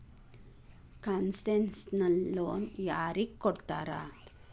Concessional loan ಯಾರಿಗ್ ಕೊಡ್ತಾರ?